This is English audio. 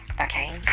okay